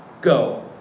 Go